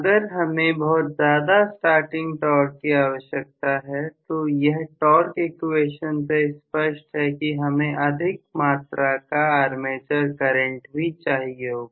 अगर हमें बहुत ज्यादा स्टार्टिंग टॉर्क की आवश्यकता है तो यह टॉर्क इक्वेशन से स्पष्ट है कि हमें बहुत अधिक मात्रा का आर्मेचर करंट भी चाहिए होगा